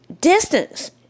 Distance